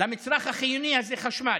למצרך החיוני הזה, חשמל.